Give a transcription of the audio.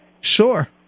Sure